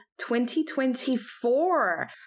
2024